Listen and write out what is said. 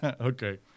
Okay